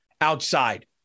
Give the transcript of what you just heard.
outside